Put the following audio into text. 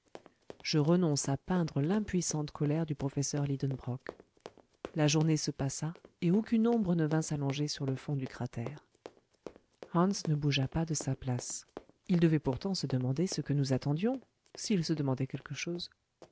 je renonce à peindre l'impuissante colère du professeur lidenbrock la journée se passa et aucune ombre ne vint s'allonger sur le font du cratère hans ne bougea pas de sa place il devait pourtant se demander ce que nous attendions s'il se demandait quelque chose